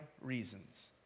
reasons